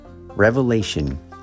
Revelation